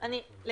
כולל